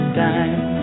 time